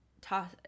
toss